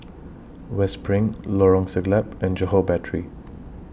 West SPRING Lorong Siglap and Johore Battery